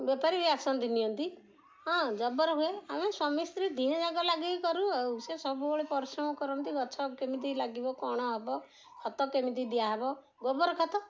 ବେପାରୀ ବି ଆସନ୍ତି ନିଅନ୍ତି ହଁ ଜବର ହୁଏ ଆମେ ସ୍ୱାମୀ ସ୍ତ୍ରୀ ଦିହେଁ ଯାକ ଲାଗିକି କରୁ ଆଉ ସେ ସବୁବେଳେ ପରିଶ୍ରମ କରନ୍ତି ଗଛ କେମିତି ଲାଗିବ କ'ଣ ହବ ଖତ କେମିତି ଦିଆହବ ଗୋବର ଖତ